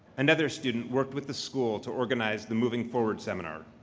another student worked with the school to organize the moving forward seminar,